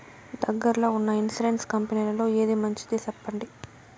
దగ్గర లో ఉన్న ఇన్సూరెన్సు కంపెనీలలో ఏది మంచిది? సెప్పండి?